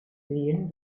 sehen